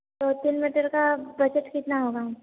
दो तीन मीटर का बजट कितना होगा